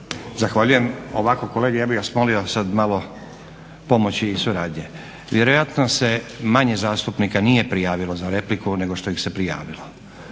Zahvaljujem. Ovako kolege, ja bih vas molio sad malo pomoći i suradnje. Vjerojatno se manje zastupnika nije prijavilo za repliku nego što ih se prijavilo.